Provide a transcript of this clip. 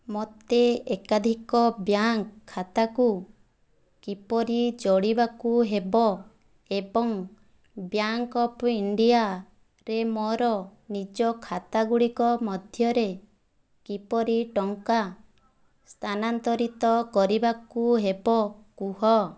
ମୋତେ ଏକାଧିକ ବ୍ୟାଙ୍କ୍ ଖାତାକୁ କିପରି ଯୋଡ଼ିବାକୁ ହେବ ଏବଂ ବ୍ୟାଙ୍କ୍ ଅଫ୍ ଇଣ୍ଡିଆ ରେ ମୋର ନିଜ ଖାତା ଗୁଡ଼ିକ ମଧ୍ୟରେ କିପରି ଟଙ୍କା ସ୍ଥାନାନ୍ତରିତ କରିବାକୁ ହେବ କୁହ